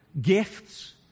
gifts